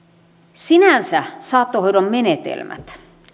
sinänsä saattohoidon menetelmät